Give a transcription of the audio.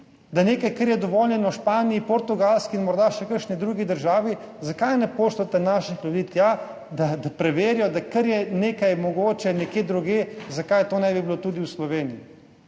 da nekaj, kar je dovoljeno v Španiji, na Portugalskem in morda še v kakšni drugi državi, zakaj ne pošljete naših ljudi tja, da preverijo, da kar je mogoče nekje drugje, zakaj to ne bi bilo mogoče tudi v Sloveniji.